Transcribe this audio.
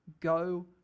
Go